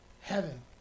heaven